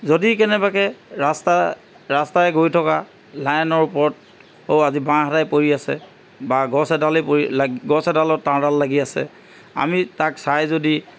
যদি কেনেবাকৈ ৰাস্তা ৰাস্তাই গৈ থকা লাইনৰ ওপৰত ও আজি বাঁহ এটাই পৰি আছে বা গছ এডালেই পৰি লা গছ এডালত তাঁৰডাল লাগি আছে আমি তাক চাই যদি